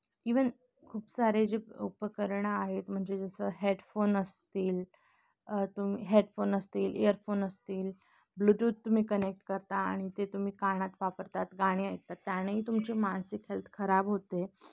even खूप सारे जे उपकरणं आहेत म्हणजे जसं हेडफोन असतील तुम् हेडफोन असतील इयरफोन असतील ब्लूटूथ तुम्ही कनेक्ट करता आणि ते तुम्ही कानात वापरतात गाणी ऐकतात त्यानेही तुमचे मानसिक हेल्थ खराब होते